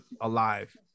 alive